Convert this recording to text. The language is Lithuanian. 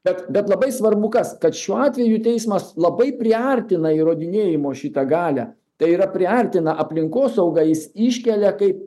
bet bet labai svarbu kas kad šiuo atveju teismas labai priartina įrodinėjimo šitą galią tai yra priartina aplinkosaugą jis iškelia kaip